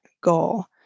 goal